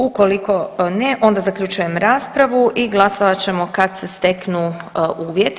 Ukoliko ne onda zaključujem raspravu i glasovat ćemo kad se steknu uvjeti.